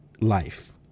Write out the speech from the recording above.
life